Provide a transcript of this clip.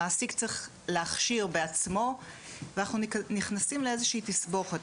המעסיק צריך להכשיר בעצמו ואנחנו נכנסים לאיזושהי תסבוכת.